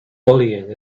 bullying